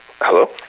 Hello